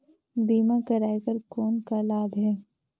बीमा कराय कर कौन का लाभ है?